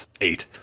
eight